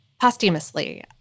posthumously